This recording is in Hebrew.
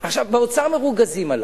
עכשיו, באוצר מרוגזים עלי.